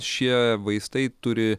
šie vaistai turi